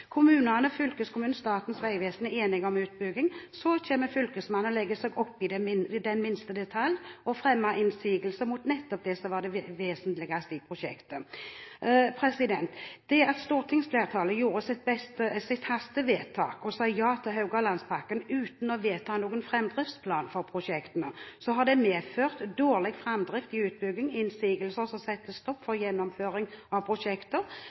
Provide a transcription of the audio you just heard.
Kommunene, fylkeskommunen og Statens vegvesen var enige om utbygging. Så kom fylkesmannen og la seg oppi den minste detalj og fremmet innsigelser mot nettopp det som var det vesentligste i prosjektet. Det at stortingsflertallet gjorde sitt hastevedtak og sa ja til Haugalandspakken uten å vedta noen framdriftsplan for prosjektene, har medført dårlig framdrift i utbyggingen og innsigelser som setter en stopper for gjennomføring av prosjekter.